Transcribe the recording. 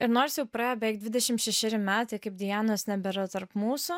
ir nors jau praėjo beveik dvidešimt šešeri metai kaip dianos nebėra tarp mūsų